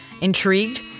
Intrigued